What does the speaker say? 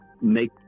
make